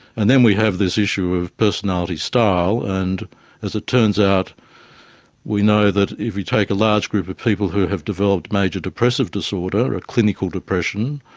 and then we have this issue of personality style, and as it turns out we know that if we take a large group of people who have developed major depressive disorder, a clinical depression,